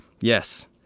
Yes